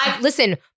Listen